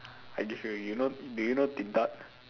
I give you already you know do you know Din-Tat